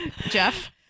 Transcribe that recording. Jeff